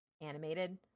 animated